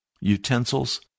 utensils